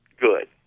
good